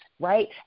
Right